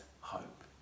hope